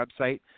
website